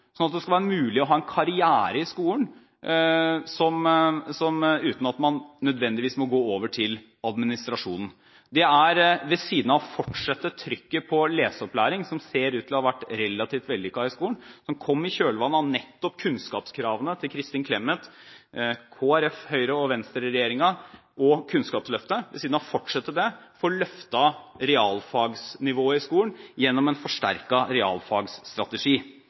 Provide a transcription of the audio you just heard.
at det skal være mulig å ha en karriere i skolen uten at man nødvendigvis må gå over til administrasjonen. Det er – ved siden av å fortsette trykket på leseopplæring, som ser ut til å ha vært relativt vellykket i skolen, og som kom i kjølvannet av nettopp kunnskapskravene til Kristin Clemet, Kristelig Folkeparti-, Høyre- og Venstre-regjeringen og Kunnskapsløftet – å få løftet realfagsnivået i skolen gjennom en